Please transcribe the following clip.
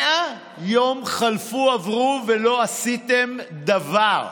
100 יום חלפו עברו ולא עשיתם דבר.